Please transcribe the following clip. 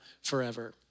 forever